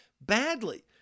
badly